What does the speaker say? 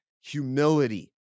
humility